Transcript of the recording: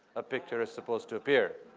a picture is supposed to appear.